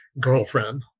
girlfriend